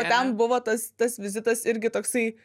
o ten buvo tas tas vizitas irgi toksai